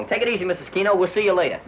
along take it easy mosquito we'll see you later